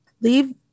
leave